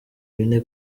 bine